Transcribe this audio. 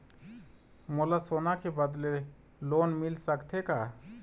मोला सोना के बदले लोन मिल सकथे का?